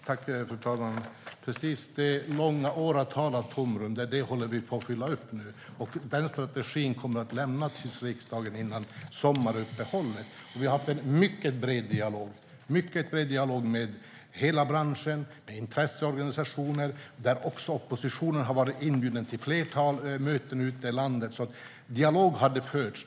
Fru talman! Vi håller på att fylla det tomrum som har funnits i åratal. Strategin kommer att lämnas till riksdagen före sommaruppehållet. Vi har haft en mycket bred dialog med hela branschen, med intresseorganisationer, och också oppositionen har varit inbjuden till ett flertal möten ute i landet. En dialog har alltså förts.